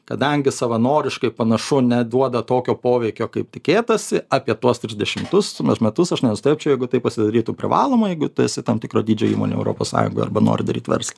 kadangi savanoriškai panašu neduoda tokio poveikio kaip tikėtasi apie tuos trisdešimtus metus aš nenustebčiau jeigu tai pasidarytų privaloma jeigu tu esi tam tikro dydžio įmonė europos sąjungoj arba nori daryti verslą